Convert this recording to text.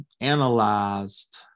analyzed